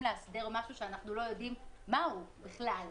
לאסדר משהו שאנחנו לא יודעים מה הוא בכלל.